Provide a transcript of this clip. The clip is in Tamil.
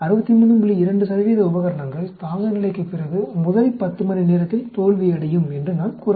2 உபகரணங்கள் தாங்குநிலைக்குப் பிறகு முதல் 10 மணி நேரத்தில் தோல்வியடையும் என்று நாம் கூற முடியும்